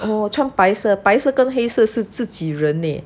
我穿白色白色跟黑色是自己人 eh